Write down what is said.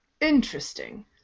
Interesting